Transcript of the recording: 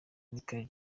michael